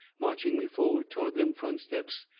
marching me forward toward them front steps,